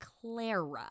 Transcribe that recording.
Clara